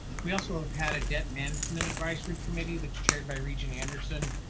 we also have had a debt management advisory committee that's chaired by regent anderson.